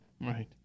Right